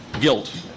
guilt